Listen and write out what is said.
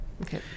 Okay